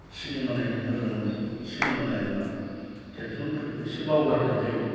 cinema नायनो मोजां मोनो सिनेमा नायोब्ला टेनसनफोरखौ एसे बावगारनाय जायो